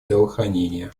здравоохранения